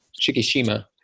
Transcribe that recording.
Shikishima